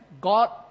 God